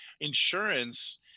insurance